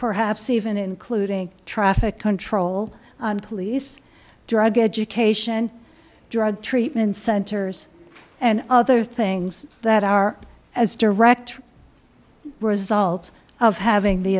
perhaps even including traffic control police drug education drug treatment centers and other things that are as direct result of having the